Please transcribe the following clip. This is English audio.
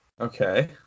okay